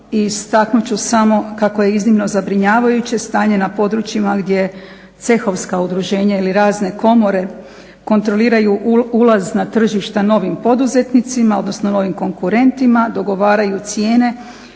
istaknut ću samo kako je iznimno zabrinjavajuće stanje na područjima gdje cehovska udruženja ili razne komore kontroliraju ulaz na tržišta novim poduzetnicima, odnosno novim konkurentima dogovaraju cijene